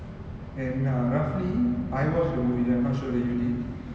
you can search it on google சரியான:sariyaana name deccan air chapter reals gone